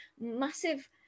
massive